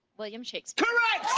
william shakespeare.